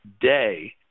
day